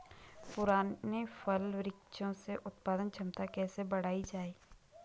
पुराने फल के वृक्षों से उत्पादन क्षमता कैसे बढ़ायी जाए?